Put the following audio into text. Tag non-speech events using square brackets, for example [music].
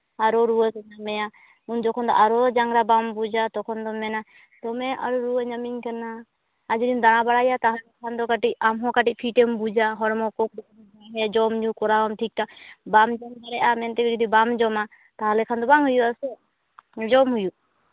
ᱟᱨᱚ ᱨᱩᱣᱟᱹᱜᱮ ᱧᱟᱢ ᱢᱮᱭᱟ ᱩᱱ ᱡᱚᱠᱷᱚᱱ ᱫᱚ ᱟᱨᱚ ᱪᱟᱝᱜᱟ ᱵᱟᱢ ᱵᱩᱡᱟ ᱛᱚᱠᱷᱚᱱ ᱫᱚᱢ ᱢᱮᱱᱟ ᱫᱚᱢᱮ ᱟᱨᱚ ᱨᱩᱣᱟᱹ ᱧᱟᱢᱤᱧ ᱠᱟᱱᱟ ᱟᱨ ᱡᱩᱫᱤᱢ ᱫᱟᱬᱟ ᱵᱟᱲᱟᱭᱟ ᱛᱟᱦᱚᱞᱮ ᱠᱷᱟᱱᱫᱚ ᱠᱟᱹᱴᱤᱡ ᱟᱢ ᱦᱚᱸ ᱠᱟᱹᱴᱤᱡ ᱯᱷᱤᱴ ᱮᱢ ᱵᱩᱡᱟ ᱦᱚᱲᱢᱚ ᱠᱚ [unintelligible] ᱡᱚᱢ ᱧᱩ ᱠᱚᱨᱟᱣ ᱟᱢ ᱴᱷᱤᱠ ᱴᱷᱟᱠ ᱵᱟᱢ ᱡᱚᱢ ᱫᱟᱲᱮᱭᱟᱜᱼᱟ ᱢᱮᱱᱛᱮ ᱵᱟᱢ ᱡᱚᱢᱟ ᱛᱟᱦᱚᱞᱮ ᱠᱷᱟᱱ ᱫᱚ ᱵᱟᱝ ᱦᱩᱭᱩᱜᱼᱟ ᱥᱮ ᱡᱚᱢ ᱦᱩᱭᱩᱜᱼᱟ